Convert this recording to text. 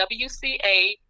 WCA